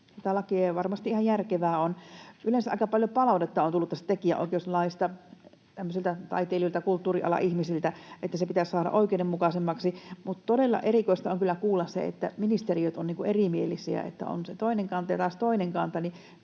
se ihan järkevää on. Yleensä aika paljon palautetta on tullut tästä tekijänoikeuslaista tämmöisiltä taiteilijoilta, kulttuurialan ihmisiltä, että se pitäisi saada oikeudenmukaisemmaksi, mutta todella erikoista on kyllä kuulla se, että ministeriöt ovat erimielisiä, että on toinen kanta ja taas toinen kanta.